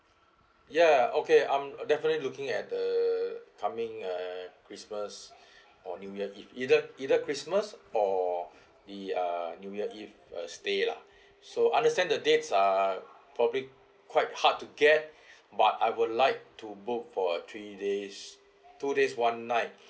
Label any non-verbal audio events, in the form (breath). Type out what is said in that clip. ya okay I'm definitely looking at the coming uh christmas (breath) or new year eve either either christmas or the ah new year eve uh stay lah so understand the date are probably quite hard to get but I would like to book for a three days two days one night